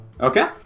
Okay